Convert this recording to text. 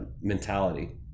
mentality